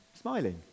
smiling